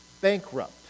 bankrupt